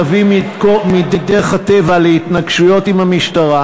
תביא מדרך הטבע להתנגשויות עם המשטרה.